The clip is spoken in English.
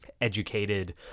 educated